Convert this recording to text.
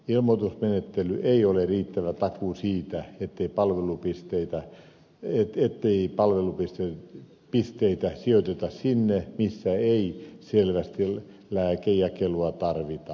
ilmoitusmenettely ei ole riittävä takuu siitä ettei palvelupisteitä sijoiteta sinne missä ei selvästi lääkejakelua tarvita